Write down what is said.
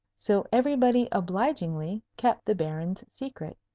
so everybody obligingly kept the baron's secret.